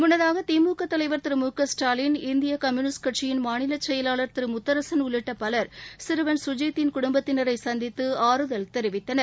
முள்ளதாக திமுக தலைவர் திரு மு க ஸ்டாலின் இந்திய கம்யூனிஸ்ட் மாநில செயலர் திரு முத்தரசன் உள்ளிட்ட பலர் சிறுவன் சுஜித்தின் குடும்பத்தினரை சந்தித்து ஆறுதல் தெரிவித்தனர்